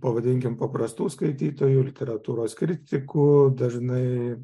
pavadinkime paprastų skaitytojų literatūros kritikų dažnai